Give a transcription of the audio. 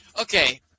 Okay